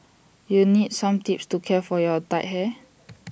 you need some tips to care for your dyed hair